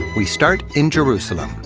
we start in jerusalem,